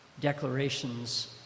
declarations